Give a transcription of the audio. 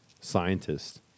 scientists